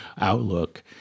Outlook